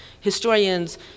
historians